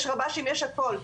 יש רב"שים, יש הכול.